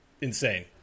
insane